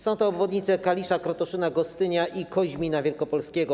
Są to obwodnice Kalisza, Krotoszyna, Gostynia i Koźmina Wielkopolskiego.